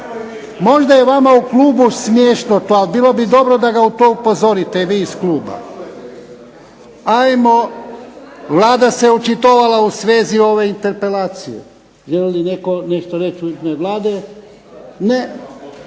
Možda je vama u klubu smiješno to, ali bilo bi dobro da ga to upozorite vi iz kluba. Ajmo, Vlada se očitovala u svezi ove interpelacije. Želi li netko nešto reći u ime Vlade? Ne.